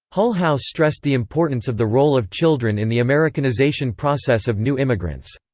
hull house stressed the importance of the role of children in the americanization process of new immigrants.